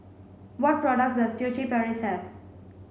what products does Furtere Paris have